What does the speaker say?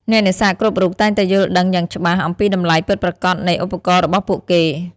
អ្នកនេសាទគ្រប់រូបតែងតែយល់ដឹងយ៉ាងច្បាស់អំពីតម្លៃពិតប្រាកដនៃឧបករណ៍របស់ពួកគេ។